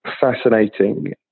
fascinating